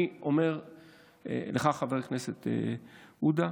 אני אומר לך, חבר הכנסת עודה,